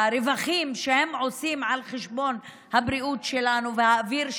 ברווחים שהם עושים על חשבון הבריאות שלנו והאוויר שלנו,